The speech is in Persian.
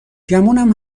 گمونم